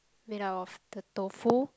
made up of the tofu